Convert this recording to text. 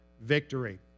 victory